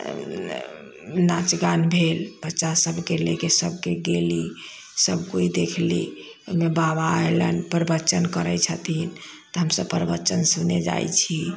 नाच गान भेल बच्चा सबके लेके सबकोइ गेली सबकोइ देखली ओहिमे बाबा अइलन प्रवचन करै छथिन तऽ हमसब प्रवचन सुनै जाइ छी